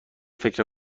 فکر